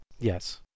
Yes